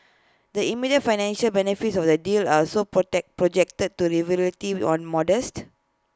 the immediate financial benefits of the deal are so protect projected to relative or modest